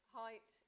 height